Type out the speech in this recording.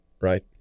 right